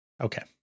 Okay